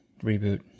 reboot